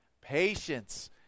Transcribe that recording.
patience